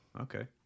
Okay